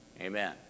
amen